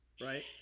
right